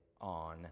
on